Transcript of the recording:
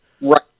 Right